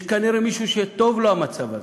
יש כנראה מישהו שטוב לו המצב הזה.